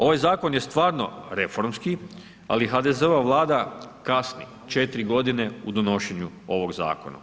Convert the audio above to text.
Ovaj zakon je stvarno reformski, ali HDZ-ova Vlada kasni, 4 g. u odnošenju ovog zakona.